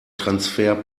transfer